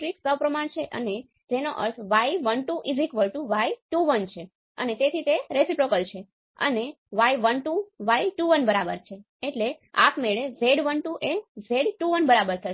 હોય છે અને તેના બદલે જો α નું મૂલ્ય 0 થી નાનું હોય તો A ઓપ એમ્પનું ધનાત્મક ટર્મિનલ હોય છે અને B ઓપ એમ્પનું ઋણાત્મક ટર્મિનલ હોય છે